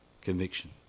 conviction